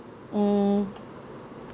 mm